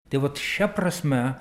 tai vat šia prasme